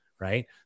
Right